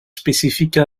spécifiques